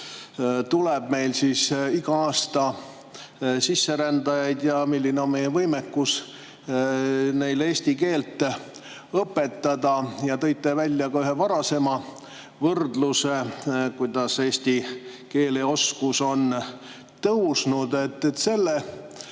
tuleb meil igal aastal sisserändajaid ja milline on meie võimekus neile eesti keelt õpetada. Ja tõite välja ka ühe varasema võrdluse, kuidas eesti keele oskus on tõusnud. Kas selle